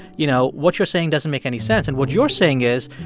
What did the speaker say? you know, what you're saying doesn't make any sense. and what you're saying is,